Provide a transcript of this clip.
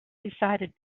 decided